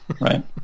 Right